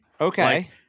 okay